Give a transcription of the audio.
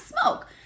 smoke